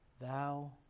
Thou